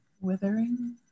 Withering